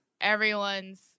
everyone's